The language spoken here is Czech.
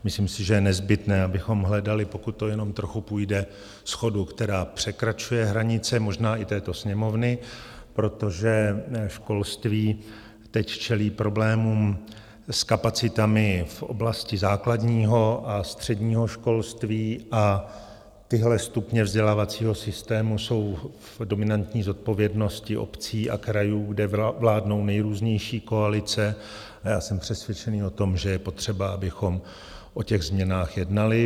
Myslím si, že je nezbytné, abychom hledali, pokud to jenom trochu půjde, shodu, která překračuje hranice, možná i této Sněmovny, protože školství teď čelí problémům s kapacitami v oblasti základního a středního školství a tyhle stupně vzdělávacího systému jsou v dominantní zodpovědnosti obcí a krajů, kde vládnou nejrůznější koalice, a jsem přesvědčený o tom, že je potřeba, abychom o těch změnách jednali.